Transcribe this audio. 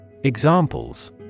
Examples